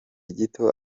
gito